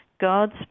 God's